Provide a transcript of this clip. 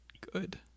good